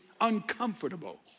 uncomfortable